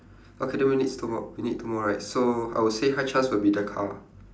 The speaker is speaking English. okay then we need two more two more right so I will say high chance will be the car